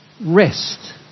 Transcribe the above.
rest